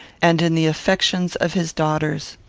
and in the affections of his daughters.